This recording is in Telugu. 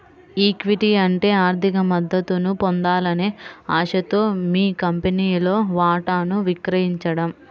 ఈక్విటీ అంటే ఆర్థిక మద్దతును పొందాలనే ఆశతో మీ కంపెనీలో వాటాను విక్రయించడం